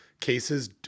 cases